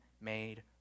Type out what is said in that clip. made